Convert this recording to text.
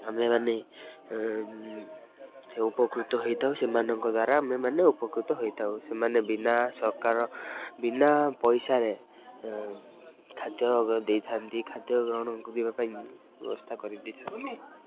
ଆମେମାନେ ଉପକୃତ ହେଇଥାଉ ସେମାନଙ୍କ ଦ୍ୱାରା ଆମେମାନେ ଉପକୃତ ହୋଇଥାଉ ସେମାନେ ବିନା ସରକାର ବିନା ପଇସାରେ ଖାଦ୍ୟ ଦେଇଥାନ୍ତି ଖାଦ୍ୟ ଗ୍ରହଣକୁ ଯିବା ପାଇଁ ବ୍ୟବସ୍ଥା କରିଦେଇଥାନ୍ତି